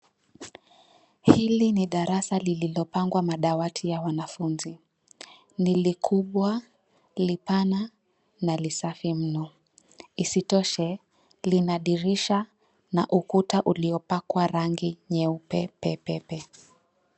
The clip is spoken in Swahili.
Hili ni darasa lililopangwa madawati ya wanafunzi. Ni likubwa, lipana na lisafi mno. Isitoshe, lina dirisha na ukuta uliopakwa rangi pepepe.